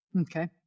Okay